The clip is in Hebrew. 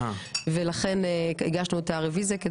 לכן הגשנו את הרביזיה.